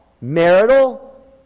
Marital